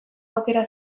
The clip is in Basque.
aukera